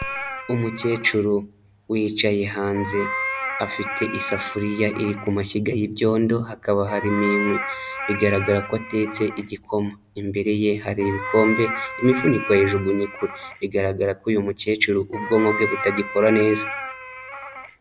Umukecuru wicaye hanze afite isafuriya iri ku mashyiga y'ibyondo, hakaba harimo inkwi bigaragara ko atetse igikoma. imbere ye hari ibikombe imifuniko yayijugunya kure bigaragara ko uyu mukecuru ubwonko bwe butagikora neza.